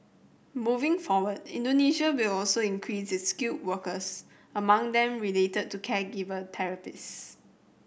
moving forward Indonesia will also increase its skilled workers among them related to caregiver therapists